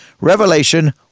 Revelation